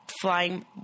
flying